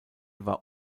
war